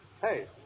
Hey